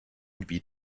gebiet